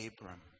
Abram